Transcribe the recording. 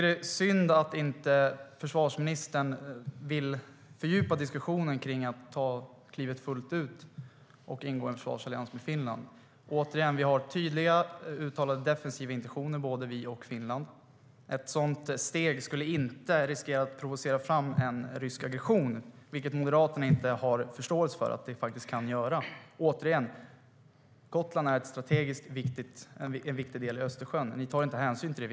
Det är synd att försvarsministern inte vill fördjupa diskussionen om att ta klivet fullt ut och ingå en försvarsallians med Finland. Både vi och Finland har tydliga defensiva intentioner. Ett sådant steg skulle inte riskera att provocera fram en rysk aggression - något som Moderaterna inte har förståelse för att vi faktiskt kan göra. Gotland är en strategiskt viktig del i Östersjön, men ni tar inte hänsyn till det.